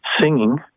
singing